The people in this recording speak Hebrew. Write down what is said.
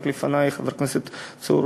רק לפני אמר חבר הכנסת צור